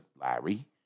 Larry